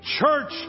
church